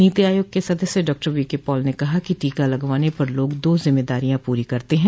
नोति आयोग के सदस्य Dr V K Paul ने कहा कि टीका लगवाने पर लोग दो जिम्मेदारियां पूरी करते हैं